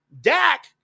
Dak